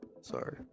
Sorry